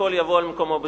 הכול יבוא על מקומו בשלום.